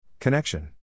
Connection